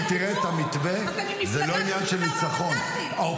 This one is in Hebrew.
אתם ממפלגה של 24 מנדטים.